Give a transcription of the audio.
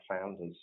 founders